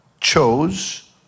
chose